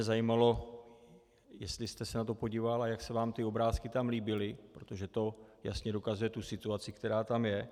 Zajímalo by mě, jestli jste se na to podíval a jak se vám ty obrázky tam líbily, protože to jasně dokazuje situaci, která tam je.